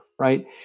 right